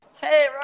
Hey